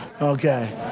Okay